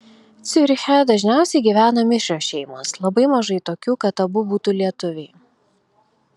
ciuriche dažniausiai gyvena mišrios šeimos labai mažai tokių kad abu būtų lietuviai